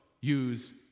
use